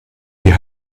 die